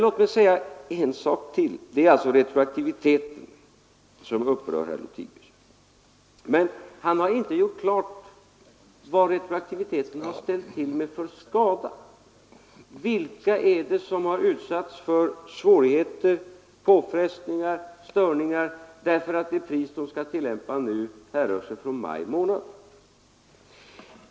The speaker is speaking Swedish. Låt mig säga en sak till: det är alltså retroaktiviteten som upprör herr Lothigius, men han har inte gjort klart vad retroaktiviteten har ställt till med för skada. Vilka är det som har utsatts för svårigheter, påfrestningar och störningar därför att de priser de skall tillämpa nu härrör sig från maj månad?